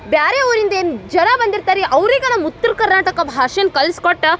ಬೇರೆ ಊರಿಂದ ಏನು ಜನ ಬಂದಿರ್ತಾರೆ ರೀ ಅವ್ರಿಗೆ ನಮ್ಮ ಉತ್ತರ ಕರ್ನಾಟಕ ಭಾಷೆನ ಕಲ್ಸ್ಕೊಟ್ಟು